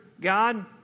God